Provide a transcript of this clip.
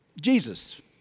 Jesus